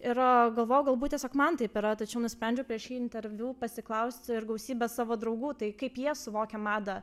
ir galvojau galbūt tiesiog man taip yra tačiau nusprendžiau prieš šį interviu pasiklausti ir gausybės savo draugų tai kaip jie suvokia madą